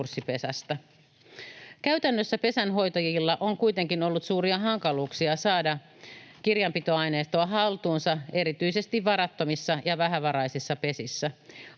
konkurssipesästä. Käytännössä pesänhoitajilla on kuitenkin ollut suuria hankaluuksia saada kirjanpitoaineistoa haltuunsa erityisesti varattomissa ja vähävaraisissa pesissä.